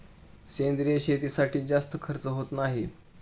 सेंद्रिय शेतीसाठी जास्त खर्च होत नाही